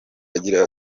agira